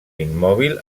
immòbil